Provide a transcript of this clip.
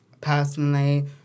personally